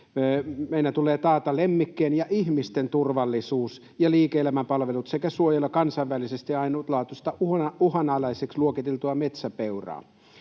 Meidän tulee taata lemmikkien ja ihmisten turvallisuus ja liike-elämän palvelut sekä suojella kansainvälisesti ainutlaatuista, uhanalaiseksi luokiteltua metsäpeuraa.